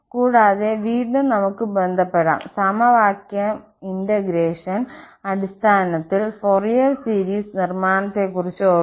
കൂടാതെ വീണ്ടും നമുക്ക് ബന്ധപ്പെടാം സമവാക്യ ഇന്റഗ്രേഷൻ അടിസ്ഥാനമാക്കിയുള്ള ഫോറിയർ സീരീസ് നിർമ്മാണത്തെക്കുറിച്ച് ഓർക്കുക